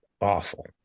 awful